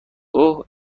اوه